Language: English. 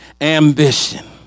ambition